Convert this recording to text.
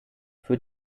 für